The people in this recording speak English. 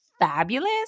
fabulous